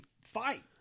fight